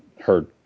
heard